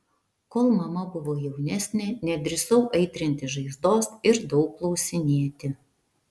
kol mama buvo jaunesnė nedrįsau aitrinti žaizdos ir daug klausinėti